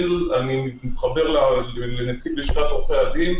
אני רק אגיד שדווקא בנוגע לעמותות ולחברות לתועלת הציבור,